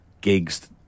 gigs